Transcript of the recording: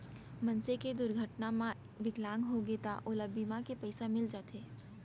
मनसे के दुरघटना म बिकलांग होगे त ओला बीमा के पइसा मिल जाथे